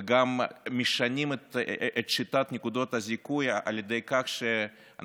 וגם משנים את שיטת נקודות הזיכוי על ידי כך שאנחנו